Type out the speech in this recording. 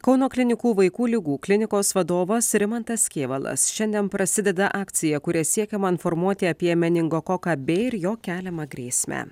kauno klinikų vaikų ligų klinikos vadovas rimantas kėvalas šiandien prasideda akcija kuria siekiama informuoti apie meningokoką b ir jo keliamą grėsmę